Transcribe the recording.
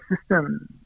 system